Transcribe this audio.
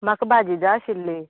म्हाका भाजी जाय आशिल्ली